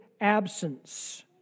absence